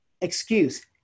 excuse